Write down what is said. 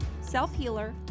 self-healer